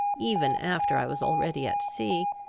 even after i was already at sea,